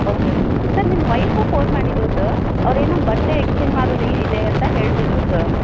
okay okay sir ನಿಮ್ಮ wife phone ಮಾಡಿದ್ದರು sir ಅವರೇನೋ ಬಟ್ಟೆ ಎಕ್ಸ್ಚೇಂಜ್ ಮಾಡುದು ಇದೆ ಅಂತ ಹೇಳ್ತಿದ್ದರು ಸರ್